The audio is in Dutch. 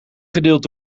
gedeeld